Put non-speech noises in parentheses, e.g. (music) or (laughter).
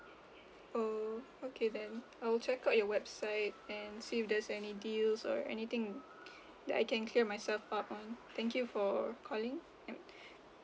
oh okay then I will check out your website and see if there's any deals or anything (breath) that I can claim myself part on thank you for calling yup (breath)